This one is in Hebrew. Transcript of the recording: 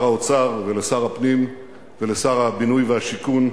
האוצר ולשר הפנים ולשר הבינוי והשיכון,